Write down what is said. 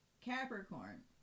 Capricorn